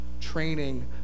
training